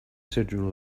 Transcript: schedule